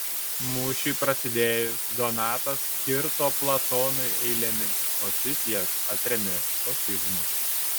mūšiui prasidėjus donatas kirto platonui eilėmis o šis jas atrėmė sofizmu